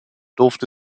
durfte